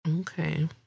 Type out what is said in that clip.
Okay